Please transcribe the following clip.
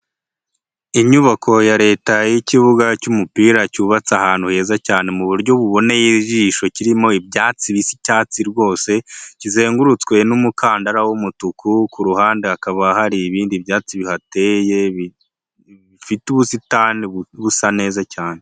Inyubako ya leta y'ikibuga cy'umupira cyubatse ahantu heza cyane mu buryo buboneye ijisho, kirimo ibyatsi bisa icyatsi rwose kizengurutswe n'umukandara w'umutuku, ku ruhande hakaba hari ibindi byatsi biteye bifite ubusitani busa neza cyane.